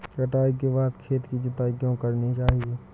कटाई के बाद खेत की जुताई क्यो करनी चाहिए?